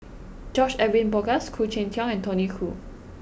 George Edwin Bogaars Khoo Cheng Tiong and Tony Khoo